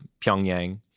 Pyongyang